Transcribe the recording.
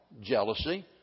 Jealousy